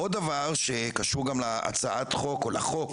עוד דבר שקשור גם להצעת החוק או לחוק